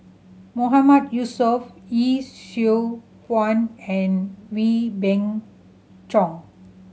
Mahmood Yusof Yee Siew Pun and Wee Beng Chong